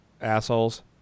assholes